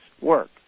work